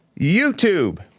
YouTube